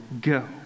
go